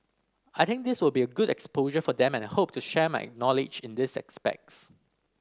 I think this will be good exposure for them and I hope to share my knowledge in these aspects